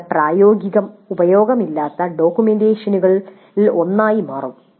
ഇത് പ്രായോഗിക ഉപയോഗമില്ലാത്ത ഡോക്യുമെന്റേഷനുകളിൽ ഒന്നായി മാറും